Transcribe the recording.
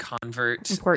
convert